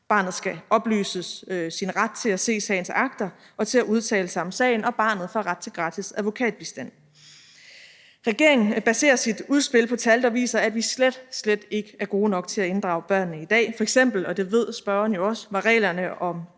Barnet skal oplyses om sin ret til at se sagens akter og til at udtale sig om sagen, og barnet får ret til gratis advokatbistand. Regeringen baserer sit udspil på tal, der viser, at vi slet, slet ikke er gode nok til at inddrage børnene i dag. F.eks. – og det ved spørgeren jo også – var reglerne om